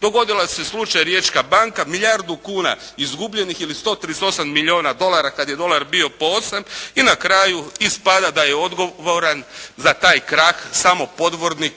Dogodio se slučaj Riječka banka, milijardu kuna izgubljenih ili 138 milijuna dolara kada je dolar bio po 8 i na kraju ispada da je odgovoran za taj krah samo Podgornik